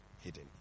hidden